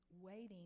waiting